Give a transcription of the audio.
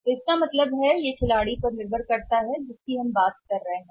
तो इसका मतलब है हम जिस खिलाड़ी के बारे में बात कर रहे हैं उसके प्रकार पर निर्भर करता है